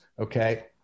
Okay